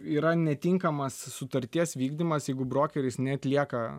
yra netinkamas sutarties vykdymas jeigu brokeris neatlieka